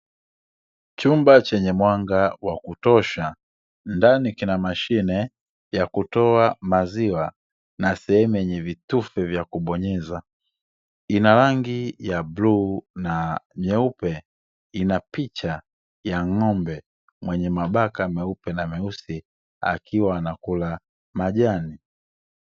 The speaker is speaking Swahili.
Chumba chenye mwanga wa kutosha, ndani kina mashine ya kutoa maziwa na sehemu yenye vitufe vya kubonyeza. Ina rangi ya bluu na nyeupe, ina picha ya ng'ombe mwenye mabaka meupe na meusi akiwa anakula majani.